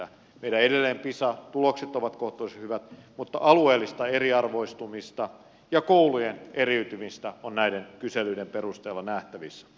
meillä edelleen pisa tulokset ovat kohtuullisen hyvät mutta alueellista eriarvoistumista ja koulujen eriytymistä on näiden kyselyiden perusteella nähtävissä